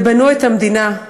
בנו את המדינה,